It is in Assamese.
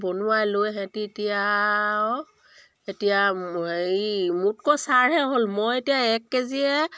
বনোৱাই লৈ সিহঁতে এতিয়া আৰু এতিয়া এই মোতকৈও চাৰহে হ'ল মই এতিয়া এক কেজিয়ে